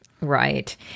Right